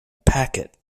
packet